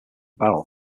barrel